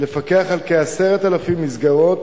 לפקח על כ-10,000 מסגרות